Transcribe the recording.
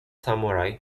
samurai